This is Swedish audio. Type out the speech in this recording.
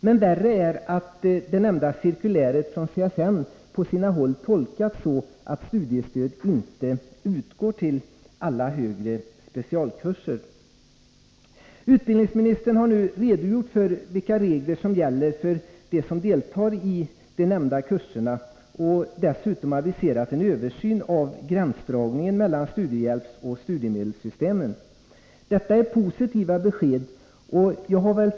Men värre är att det nämnda cirkuläret från CSN på sina håll har tolkats så, att studiestöd inte utgår på alla högre specialkurser. Utbildningsministern har nu redogjort för vilka regler som gäller för dem som deltar i de nämnda kurserna. Dessutom har hon aviserat en översyn av gränsdragningen mellan studiehjälpsoch studiemedelssystemen. Detta är positiva besked, men jag vill ställa några följdfrågor.